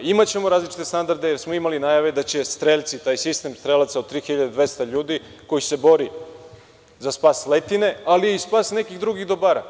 Imaćemo različite standarde, jer smo imali najave da će strelci, taj sistem strelaca od 3.200 ljudi, koji se bori za spas letine, ali i za spas nekih drugih dobara